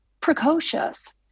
precocious